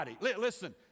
Listen